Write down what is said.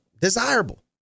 desirable